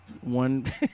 One